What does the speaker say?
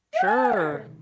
Sure